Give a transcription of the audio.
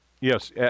Yes